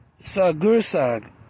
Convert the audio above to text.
Sagursag